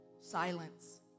silence